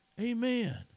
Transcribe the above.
Amen